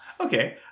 okay